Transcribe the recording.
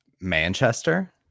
Manchester